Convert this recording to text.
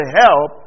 help